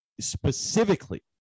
specifically